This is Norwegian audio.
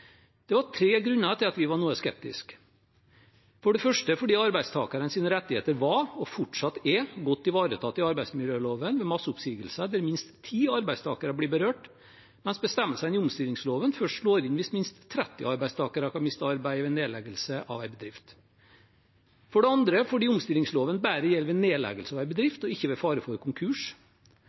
Det var tre grunner til at vi var noe skeptiske: for det første fordi arbeidstakernes rettigheter var og fortsatt er godt ivaretatt i arbeidsmiljøloven ved masseoppsigelser der minst ti arbeidstakere blir berørt, mens bestemmelsene i omstillingsloven først slår inn hvis minst 30 arbeidstakere kan miste arbeidet ved nedleggelse av en bedrift for det andre fordi omstillingsloven bare gjelder ved nedleggelse av en bedrift og ikke ved fare for konkurs